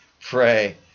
pray